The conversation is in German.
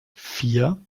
vier